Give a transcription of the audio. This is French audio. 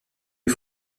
les